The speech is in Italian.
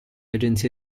agenzie